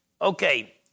okay